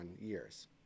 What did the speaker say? years